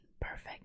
perfect